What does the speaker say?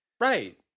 right